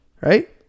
right